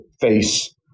face